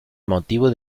motivo